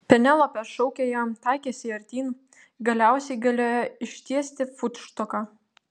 penelopė šaukė jam taikėsi artyn galiausiai galėjo ištiesti futštoką